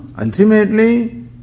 ultimately